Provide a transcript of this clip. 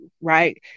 Right